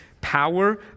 power